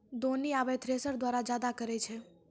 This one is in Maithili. दौनी आबे थ्रेसर द्वारा जादा करै छै